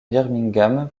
birmingham